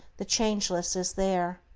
the changeless is there.